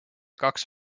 kaks